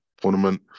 tournament